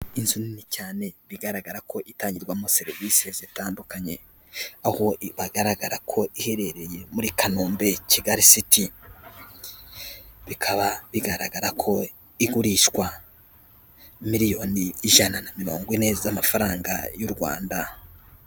Inzu nini cyane bigaragara ko itangirwamo serivisi zitandukanye, aho bigaragara ko iherereye muri Kanombe Kigali siti. Bikaba bigaragara ko igurishwa miliyoni ijana na mirongo ine z'amafaranga y'u Rwanda.